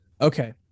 Okay